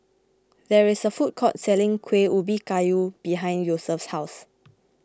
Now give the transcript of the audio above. there is a food court selling Kuih Ubi Kayu behind Yosef's house